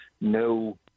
no